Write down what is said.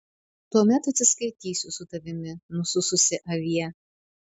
tuomet atsiskaitysiu su tavimi nusususi avie